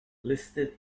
listed